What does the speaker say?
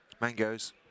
Mangoes